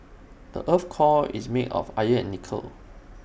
the Earth's core is made of iron and nickel